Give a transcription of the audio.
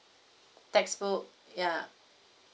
textbook ya